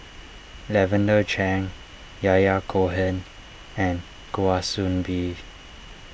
Lavender Chang Yahya Cohen and Kwa Soon Bee